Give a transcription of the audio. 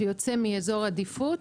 שיוצאת מאזור עדיפות,